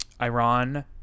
iran